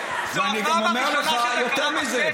ואני גם אומר לך יותר מזה,